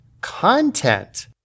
content